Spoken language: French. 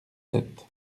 sept